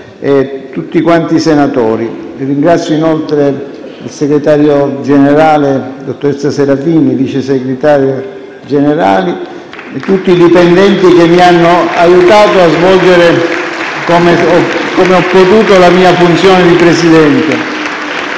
tutti quanti i senatori. Ringrazio inoltre il segretario generale, dottoressa Serafin, i Vice Segretari generali e tutti i dipendenti che mi hanno aiutato a svolgere come ho potuto la mia funzione di Presidente.